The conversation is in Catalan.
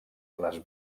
les